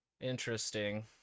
Interesting